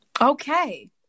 Okay